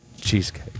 Cheesecake